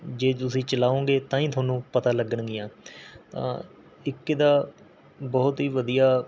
ਜੇ ਤੁਸੀਂ ਚਲਾਓਂਗੇ ਤਾਂ ਹੀ ਤੁਹਾਨੂੰ ਪਤਾ ਲੱਗਣਗੀਆਂ ਤਾਂ ਇੱਕ ਇਹ ਦਾ ਬਹੁਤ ਹੀ ਵਧੀਆ